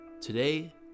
Today